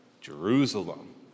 Jerusalem